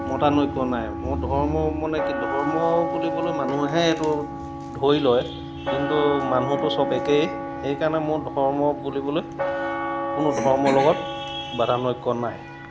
মতানৈক্য নাই মোৰ ধৰ্ম মানে কি ধৰ্ম বুলিবলৈ মানুহে এইটো ধৰি লয় কিন্তু মানুহটো চব একেই সেইকাৰণে মোৰ ধৰ্ম বুলিবলৈ কোনো ধৰ্মৰ লগত মতানৈক্য নাই